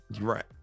right